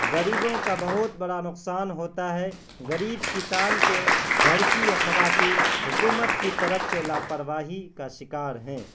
غریبوں کا بہت بڑا نقصان ہوتا ہے غریب کسان کے گھر کی یہ خواتین حکومت کی طرف سے لاپرواہی کا شکار ہیں